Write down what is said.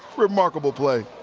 remarkable play.